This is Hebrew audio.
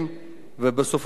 והוא ראוי וטוב,